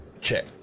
Check